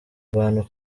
abantu